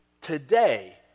today